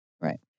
right